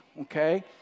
Okay